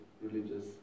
religious